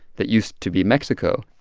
that used to be mexico.